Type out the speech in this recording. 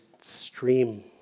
stream